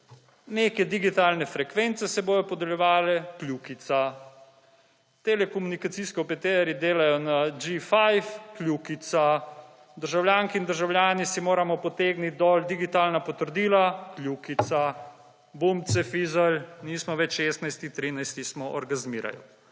neke digitalne frekvence se bodo podeljevale, kljukica. Telekomunikacijski operaterji delajo na G5, kljukica. Državljanke in državljani si moramo potegniti dol digitalna potrdila, kljukica. Bum, cefizelj, nismo več 16., 13. smo, orgazmirajmo.